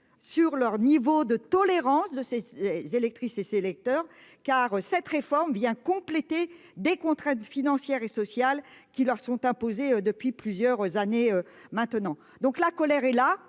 sur leur niveau de tolérance de ces électrices et ses Lecteurs car cette réforme vient compléter des contraintes financières et sociales qui leur sont imposées depuis plusieurs années maintenant, donc la colère et la